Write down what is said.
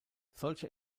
solche